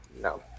No